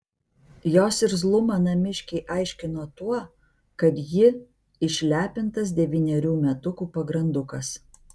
jos irzlumą namiškiai aiškino tuo kad ji išlepintas devynerių metukų pagrandukas